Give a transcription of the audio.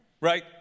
Right